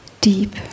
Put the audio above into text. deep